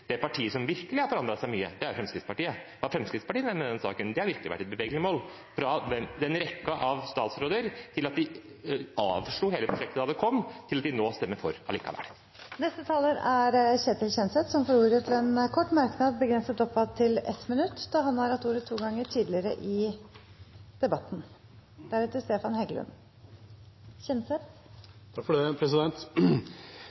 Det partiet som virkelig har forandret seg mye, er Fremskrittspartiet. Det Fremskrittspartiet mener i denne saken, har virkelig vært et bevegelig mål, fra å ha en rekke statsråder, til at de avslo hele prosjektet da det kom, til at de nå stemmer for allikevel. Representanten Ketil Kjenseth har hatt ordet to ganger tidligere og får ordet til en kort merknad, begrenset til 1 minutt. Litt oppsummering, både til Fremskrittspartiet og til Arbeiderpartiet: Jeg kommer gjerne Arbeiderpartiet i